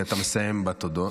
כי אתה מסיים בתודות,